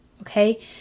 okay